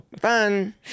Fun